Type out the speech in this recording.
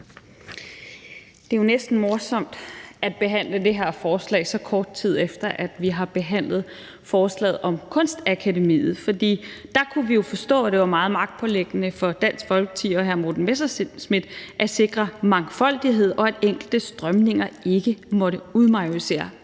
Det er jo næsten morsomt at behandle det her forslag, så kort tid efter vi har behandlet forslaget om Kunstakademiet, for der kunne vi jo forstå, at det var meget magtpåliggende for Dansk Folkeparti og hr. Morten Messerschmidt at sikre mangfoldighed, og at enkelte strømninger ikke måtte udmajorisere